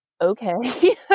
okay